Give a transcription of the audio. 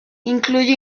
incluye